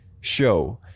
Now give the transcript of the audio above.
show